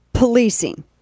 policing